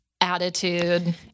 attitude